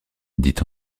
dit